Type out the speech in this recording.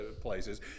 places